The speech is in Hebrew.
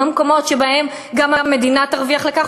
במקומות שבהם גם המדינה תרוויח מכך,